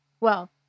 Well-